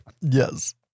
Yes